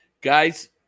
Guys